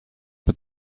mit